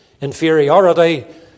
inferiority